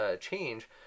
change